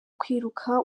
kwiruka